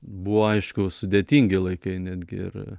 buvo aišku sudėtingi laikai netgi ir